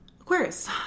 Aquarius